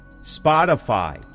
Spotify